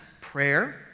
prayer